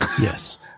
Yes